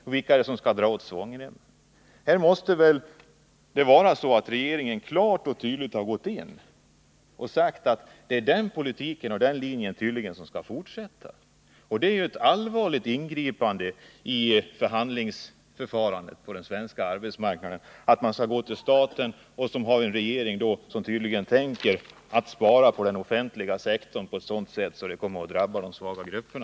På vilka skall svångremmen dras åt? Här måste regeringen klart och tydligt ha gått in och sagt att det är den politiken och den linjen som skall fortsättas. Det är ett allvarligt ingripande i förhandlingsförfarandet på den svenska arbetsmarknaden att man skall gå till staten, som har en regering som tydligen tänker spara på den offentliga sektorn på ett sådant sätt att det kommer att drabba de svaga grupperna.